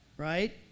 Right